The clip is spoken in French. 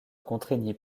contraignit